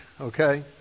Okay